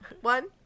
One